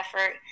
effort